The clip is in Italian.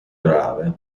grave